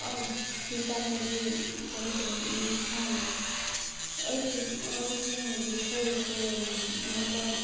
आओर सीताके भी चरित्र नीक छनि ओइ की ओइमे जे छै से मतलब